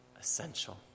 essential